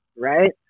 right